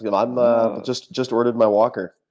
you know i'm ah just just ordered my walker.